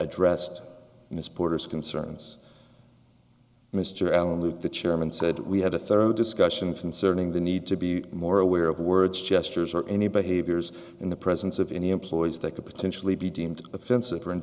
addressed this porter's concerns mr allan luke the chairman said we had a thorough discussion concerning the need to be more aware of words gestures or any behaviors in the presence of any employees that could potentially be deemed offensive or in